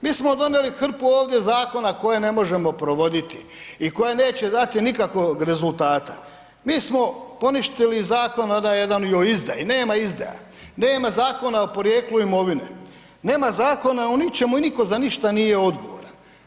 Mi smo donijeli hrpu ovdje zakona koje ne možemo provoditi i koji neće dati nikakvog rezultata, mi smo poništili i zakon o ... i o izdaji, nema izdaja, nema zakona o porijeklu imovine, nema zakona o ničemu i niko za ništa nije odgovoran.